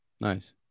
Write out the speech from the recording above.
Nice